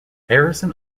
harrison